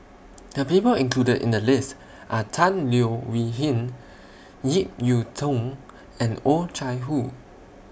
The People included in The list Are Tan Leo Wee Hin Ip Yiu Tung and Oh Chai Hoo